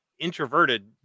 Introverted